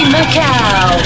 Macau